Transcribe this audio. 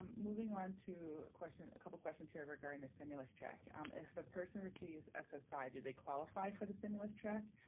moving on to a question a couple questions here regarding the stimulus check. um if a person receives ssi, do they qualify for the stimulus check?